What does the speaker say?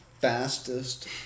fastest